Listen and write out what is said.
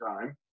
time